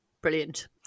brilliant